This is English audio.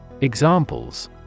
Examples